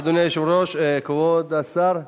אדוני היושב-ראש, כבוד השר פה,